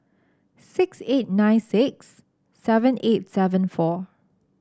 six eight nine six seven eight seven four